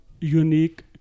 unique